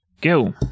Go